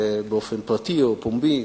באופן פרטי או פומבי,